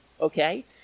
okay